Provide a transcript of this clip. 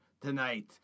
tonight